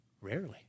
Rarely